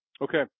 Okay